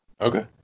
Okay